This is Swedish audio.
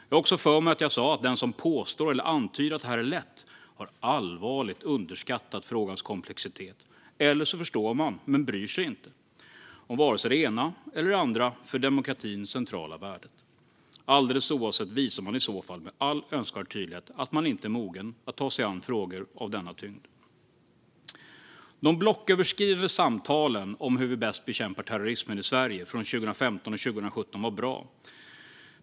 Jag har också för mig att jag sa att den som påstår eller antyder att det här är lätt allvarligt har underskattat frågans komplexitet, eller också förstår man men bryr sig inte om vare sig det ena eller det andra för demokratins centrala värde. Alldeles oavsett vilket visar man i så fall med all önskvärd tydlighet att man inte är mogen att ta sig an frågor av denna tyngd. De blocköverskridande samtalen om hur vi bäst bekämpar terrorismen i Sverige från 2015 och 2017 var bra.